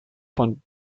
von